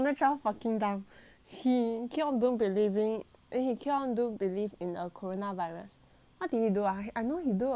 he keep on don't believing eh he keep on don't believe in corona virus what did he do ah I I know he did a lot of like stupid 的东西